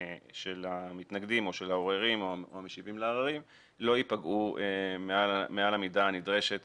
המתנגדים או של העוררים או המשיבים לעררים לא יפגעו מעל המידה הנדרשת